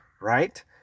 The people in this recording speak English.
right